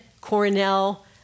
Cornell